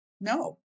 No